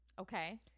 Okay